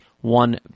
one